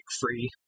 free